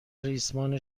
ریسمان